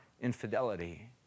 infidelity